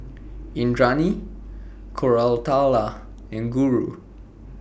Indranee Koratala and Guru